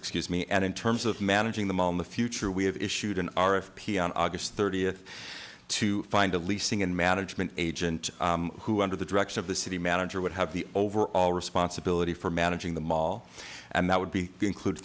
excuse me and in terms of managing the moma future we have issued an r f p on august thirtieth to find a leasing and management agent who under the direction of the city manager would have the overall responsibility for managing the mall and that would be include